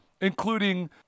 Including